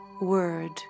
word